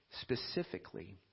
specifically